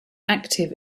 active